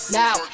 now